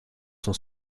sont